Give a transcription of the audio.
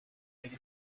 yari